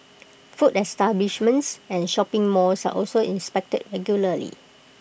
food establishments and shopping malls are also inspected regularly